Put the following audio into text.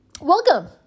Welcome